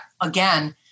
again